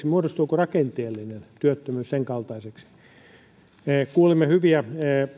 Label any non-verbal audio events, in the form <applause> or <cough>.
<unintelligible> muodostuuko rakenteellinen työttömyys suomen työllistymisen esteeksi kuulimme hyviä